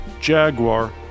Jaguar